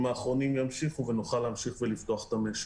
האחרונים ימשיכו ונוכל להמשיך לפתוח את המשק.